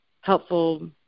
helpful